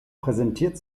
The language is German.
präsentiert